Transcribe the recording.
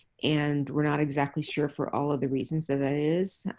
and we're not exactly sure for all of the reasons that is.